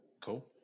Cool